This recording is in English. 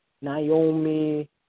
Naomi